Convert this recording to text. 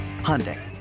Hyundai